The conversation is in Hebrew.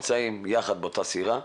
כולנו נמצאים באותה סירה,